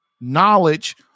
knowledge